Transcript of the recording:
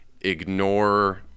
ignore